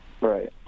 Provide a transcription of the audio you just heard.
Right